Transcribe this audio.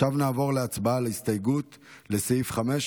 עכשיו נעבור להצבעה על ההסתייגות לסעיף 5,